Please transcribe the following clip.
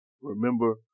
Remember